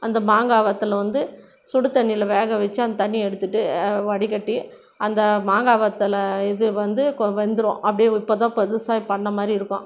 அந்த மாங்கா வத்தலை வந்து சுடு தண்ணியில வேக வச்சி அந்த தண்ணியை எடுத்துட்டு வடிகட்டி அந்த மாங்காய் வத்தலை இது வந்து கொ வெந்துடும் அப்படே இப்போதான் புதுசாக பண்ணமாதிரி இருக்கும்